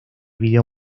video